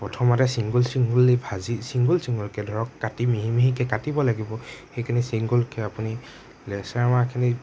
প্ৰথমতে ছিংগুল ছিংগুললী ভাজি ছিংগুল ছিংগুলকে ধৰক কাটি মিহি মিহিকে কাটিব লাগিব সেইখিনি ছিংগুলকে আপুনি লেচেৰা মাহখিনি